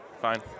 Fine